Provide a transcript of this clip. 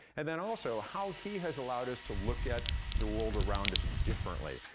and then, also, how he has allowed us to look at the world around us differently.